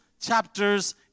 chapters